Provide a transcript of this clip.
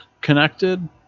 connected